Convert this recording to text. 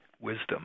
wisdom